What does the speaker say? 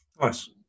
Nice